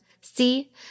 See